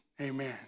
Amen